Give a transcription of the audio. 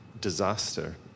disaster